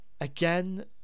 again